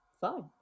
fine